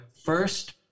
first